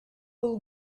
will